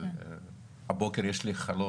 אבל הבוקר יש לי חלון,